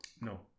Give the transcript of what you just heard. No